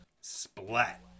Splat